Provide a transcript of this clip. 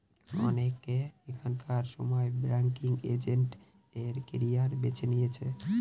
অনেকে এখনকার সময় ব্যাঙ্কিং এজেন্ট এর ক্যারিয়ার বেছে নিচ্ছে